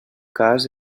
cas